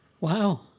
wow